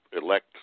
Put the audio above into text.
elect